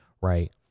right